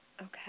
Okay